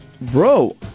bro